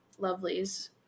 lovelies